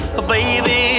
Baby